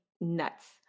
nuts